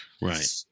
Right